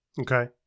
Okay